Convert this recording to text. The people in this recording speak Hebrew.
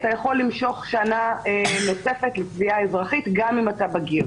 אתה יכול למשוך שנה נוספת לתביעה אזרחית גם אם אתה בגיר.